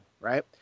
Right